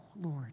Lord